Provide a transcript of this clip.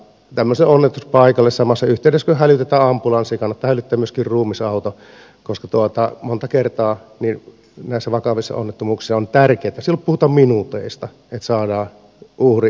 tämmöiselle onnettomuuspaikalle samassa yhteydessä kun hälytetään ambulanssi kannattaa hälyttää myöskin ruumisauto koska monta kertaa näissä vakavissa onnettomuuksissa on tärkeätä silloin puhutaan minuuteista että saadaan uhrit leikkauksiin